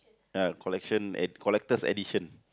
ah collection ed~ collector's edition